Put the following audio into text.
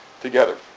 together